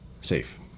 safe